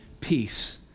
peace